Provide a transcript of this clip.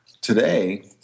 Today